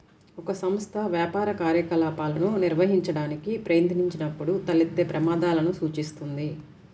ఒక సంస్థ వ్యాపార కార్యకలాపాలను నిర్వహించడానికి ప్రయత్నించినప్పుడు తలెత్తే ప్రమాదాలను సూచిస్తుంది